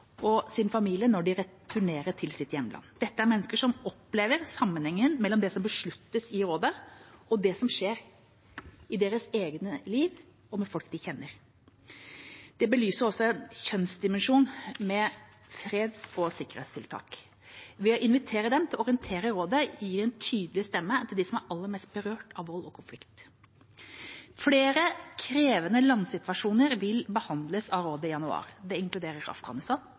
og deres familie når de returnerer til sitt hjemland. Dette er mennesker som opplever sammenhengen mellom det som besluttes i rådet, og det som skjer i deres eget liv og med folk de kjenner. Det belyser også kjønnsdimensjonen ved freds- og sikkerhetstiltak. Ved å invitere dem til å orientere rådet gir vi en tydelig stemme til dem som er mest berørt av vold og konflikt. Flere krevende landsituasjoner vil behandles av rådet i januar. Det inkluderer Afghanistan,